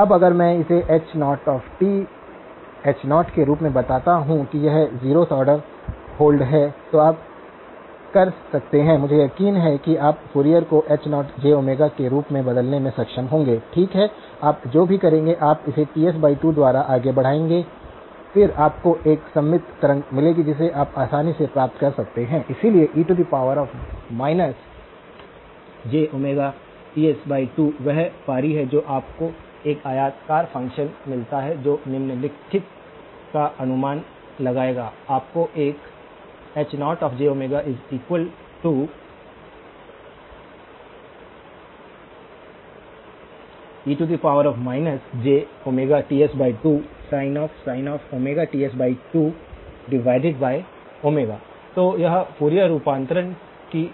अब अगर मैं इसे h0 h0 के रूप में बताता हूं कि यह एक ज़ीरोथ ऑर्डर होल्ड है तो आप कर सकते हैं मुझे यकीन है कि आप फॉरिएर को H0 के रूप में बदलने में सक्षम होंगे ठीक है आप जो भी करेंगे आप उसे Ts 2 द्वारा आगे बढ़ाएंगे फिर आपको एक सममित तरंग मिलेगी जिसे आप आसानी से प्राप्त कर सकते हैं इसलिए e jTs2 वह पारी है तो आपको एक आयताकार फ़ंक्शन मिलता है जो निम्नलिखित का अनुमान लगाएगा आपको एक H0je jTs2sin Ts2 तो यह फूरियर रूपांतरण की